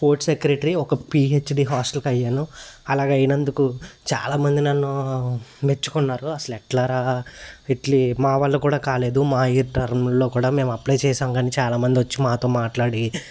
sports secretary ఒక PhD హాస్టల్కి అయ్యాను అలాగా అయినందుకు చాలా మంది నన్ను మెచ్చుకున్నారు అసలు ఎట్లారా ఇట్లి మా వల్ల కూడా కాలేదు మా ఇయర్ టర్ముల్లో కూడా మేము అప్లై చేసాము కానీ చాలా మంది వచ్చి మాతో మాట్లాడి